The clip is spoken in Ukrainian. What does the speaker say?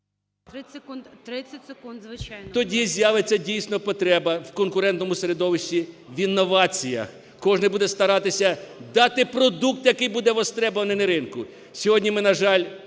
Тоді з'явиться, дійсно, потреба в конкурентному середовищі, в інноваціях. Кожен буде старатися дати продукт, який буде востребуваний на ринку. Сьогодні ми, на жаль,